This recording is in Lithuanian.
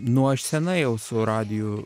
nu aš senai jau su radiju